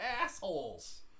assholes